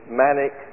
manic